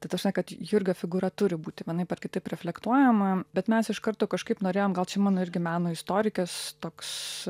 tai ta prasme kad jurgio figūra turi būti vienaip ar kitaip reflektuojama bet mes iš karto kažkaip norėjom gal čia mano irgi meno istorikės toks